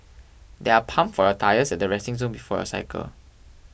there are pumps for your tyres at the resting zone before your cycle